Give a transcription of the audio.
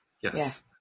Yes